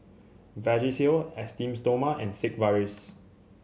Vagisil Esteem Stoma and Sigvaris